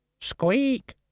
Squeak